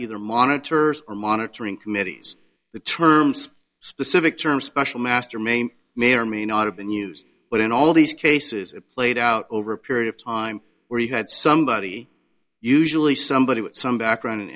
either monitors or monitoring committees the terms specific term special master may may or may not have been used but in all these cases it played out over a period of time where you had somebody usually somebody with some background